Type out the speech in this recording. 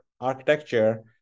architecture